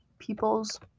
peoples